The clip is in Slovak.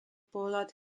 pohľad